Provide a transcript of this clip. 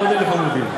עוד 1,000 עמודים.